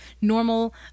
normal